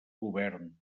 govern